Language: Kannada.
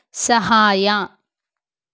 ಸಹಾಯ